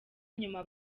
nyuma